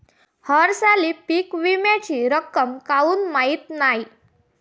हरसाली पीक विम्याची रक्कम काऊन मियत नाई?